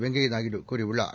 வெங்கய்யாநாயுடு கூறியுள்ளார்